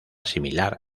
similar